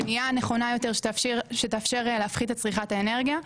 בניה חכמה יותר שתאפשר להפחית את צריכה האנרגיה.